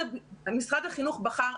משרד החינוך בחר,